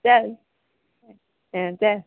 चल चल